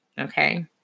okay